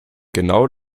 genau